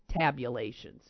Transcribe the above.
tabulations